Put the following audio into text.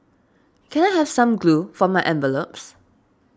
can I have some glue for my envelopes